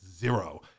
zero